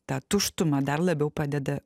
tą tuštumą dar labiau padeda